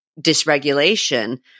dysregulation